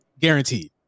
guaranteed